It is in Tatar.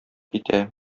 китә